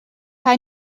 haar